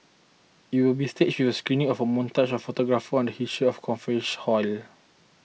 it will be staged with a screening of a montage of photographs on the history of conference hall